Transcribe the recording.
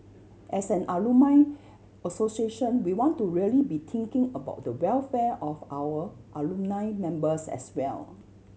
as an alumni association we want to really be thinking about the welfare of our alumni members as well